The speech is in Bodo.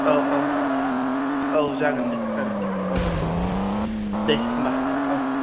औ औ औ जागोन दे जागोन दे औ दे होम्बा औ